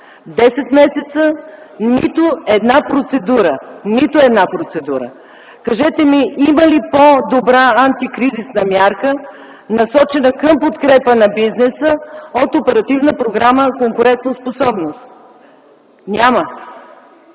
процедура. Нито една процедура! Кажете ми има ли по-добра антикризисна мярка, насочена към подкрепа на бизнеса, от Оперативна програма „Конкурентоспособност”?! Няма!